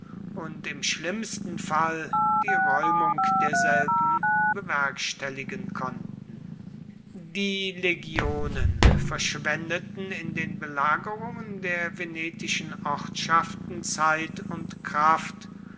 und im schlimmsten fall die räumung derselben bewerkstelligen konnten die legionen verschwendeten in den belagerungen der venetischen ortschaften zeit und kraft